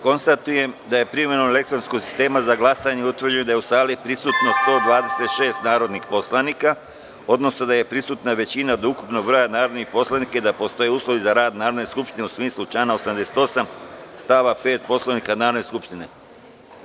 Konstatujem da je, primenom elektronskog sistema za glasanje, utvrđeno da je u sali prisutno 126 narodnih poslanika, odnosno da su prisutna većina od ukupnog broja narodnih poslanika i da postoje uslovi za rad Narodne skupštine, u smislu člana 88. stav 5. Poslovnika Narodne skupštine.